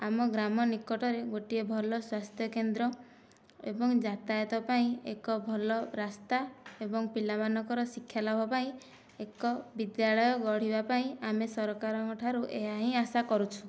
ଆମ ଗ୍ରାମ ନିକଟରେ ଗୋଟିଏ ଭଲ ସ୍ୱାସ୍ଥ୍ୟକେନ୍ଦ୍ର ଏବଂ ଯାତାୟାତ ପାଇଁ ଏକ ଭଲ ରାସ୍ତା ଏବଂ ପିଲାମାନଙ୍କର ଶିକ୍ଷା ଲାଭ ପାଇଁ ଏକ ବିଦ୍ୟାଳୟ ଗଢ଼ିବା ପାଇଁ ଆମେ ସରକାରଙ୍କ ଠାରୁ ଏହା ହିଁ ଆଶା କରୁଛୁ